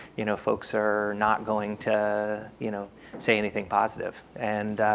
you know folks are not going to you know say anything positive. and